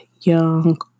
young